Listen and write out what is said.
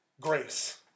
grace